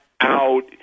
out